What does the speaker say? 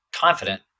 confident